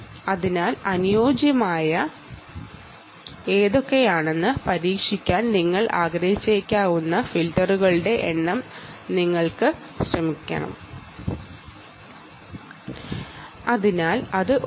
അതിനാൽ അനുയോജ്യമായവ ഏതൊക്കെയാണെന്ന് പരീക്ഷിക്കാൻ പല ഫിൽട്ടറുകൾ ഉപയോഗിച്ചു നോക്കുക